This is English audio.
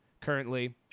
currently